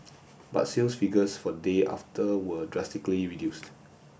but sales figures for the day after were drastically reduced